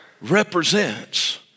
represents